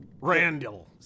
Randall